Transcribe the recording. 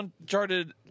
Uncharted